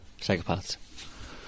psychopaths